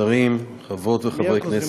שרים, חברות וחברי כנסת,